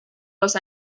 los